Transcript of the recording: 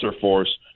force